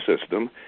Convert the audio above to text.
system